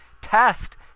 test